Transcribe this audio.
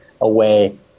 away